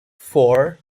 four